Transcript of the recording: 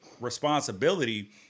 responsibility